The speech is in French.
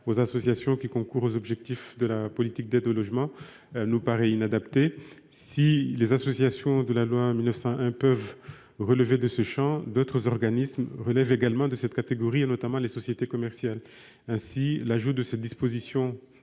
aux associations concourant aux objectifs de la politique d'aide au logement, nous paraît inadaptée. Si les associations régies par la loi de 1901 peuvent relever de ce champ, d'autres relèvent également de cette catégorie, notamment des sociétés commerciales. L'ajout de cette disposition,